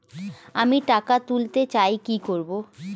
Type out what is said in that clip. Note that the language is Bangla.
আমি টাকা তুলতে চাই কি করব?